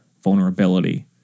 vulnerability